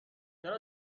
چرا